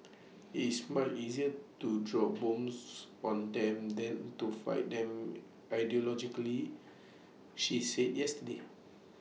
it's might easier to drop bombs on them than to fight them ideologically she said yesterday